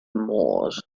moors